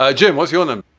ah jim, what's your name?